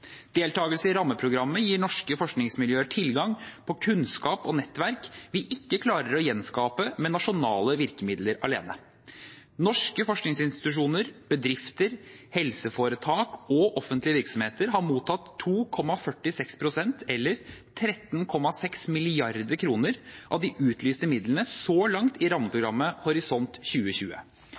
Deltakelse i rammeprogrammet gir norske forskningsmiljøer tilgang på kunnskap og nettverk vi ikke klarer å gjenskape med nasjonale virkemidler alene. Norske forskningsinstitusjoner, bedrifter, helseforetak og offentlige virksomheter har mottatt 2,46 pst. – eller 13,6 mrd. kr – av de utlyste midlene så langt i rammeprogrammet Horisont 2020.